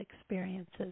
experiences